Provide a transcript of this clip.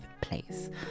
place